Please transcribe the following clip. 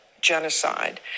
genocide